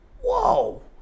Whoa